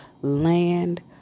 land